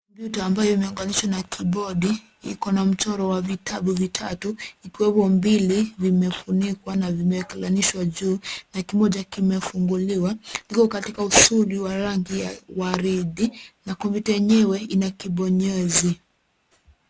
Kompyuta ambayo imeunganishwa na kibodi, ikona mshoro wa vitabu vitatu, ikiwepo mbili vimefunikwa na vimewekeleanishwa juu, na kimoja kimefunguliwa. Liko katika usudi wa rangi ya waridi, na kompyuta yenyewe ina kobonyezi.